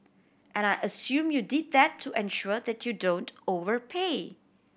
and I assume you did that to ensure that you don't overpay